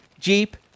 Jeep